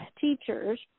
teachers